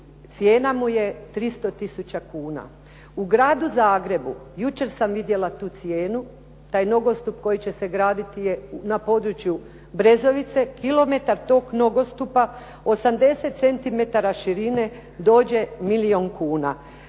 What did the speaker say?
cijena mu je 300 tisuća kuna. U gradu Zagrebu, jučer sam vidjela tu cijenu, taj nogostup koji će se graditi na području Brezovice, kilometar toga nogostupa 80 cm širine dođe milijun kuna.